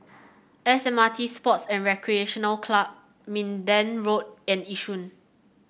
S M R T Sports and Recreation Club Minden Road and Yishun